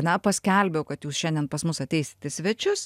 na paskelbiau kad jūs šiandien pas mus ateisit į svečius